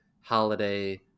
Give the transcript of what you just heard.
holiday